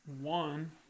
One